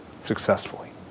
successfully